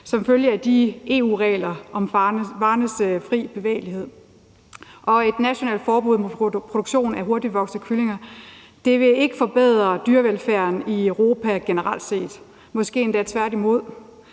som følge af EU-regler om varernes fri bevægelighed. Et nationalt forbud mod produktion af hurtigtvoksende kyllinger vil ikke forbedre dyrevelfærden i Europa generelt set, måske endda tværtimod.